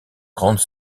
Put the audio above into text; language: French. grandes